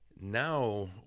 Now